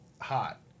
hot